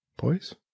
boys